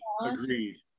agreed